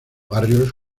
barrios